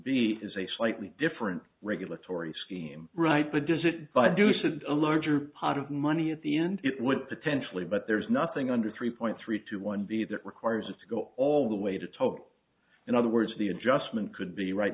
b is a slightly different regulatory scheme right but does it by deuce of a larger pot of money at the end it would potentially but there is nothing under three point three two one b that requires it to go all the way to total in other words the adjustment could be right